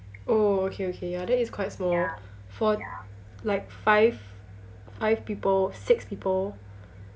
oh okay okay ya that is quite small for like five five people six people